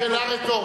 זו שאלה רטורית.